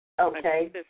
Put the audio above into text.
Okay